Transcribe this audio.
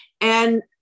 And-